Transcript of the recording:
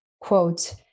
quote